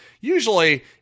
usually